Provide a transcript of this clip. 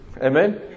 Amen